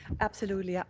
absolutely. ah